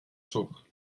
zorg